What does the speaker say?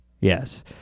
yes